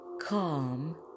Calm